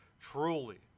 truly